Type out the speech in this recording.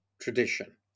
tradition